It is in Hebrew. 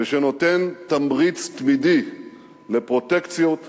ונותן תמריץ תמידי לפרוטקציות ולשחיתויות.